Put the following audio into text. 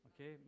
okay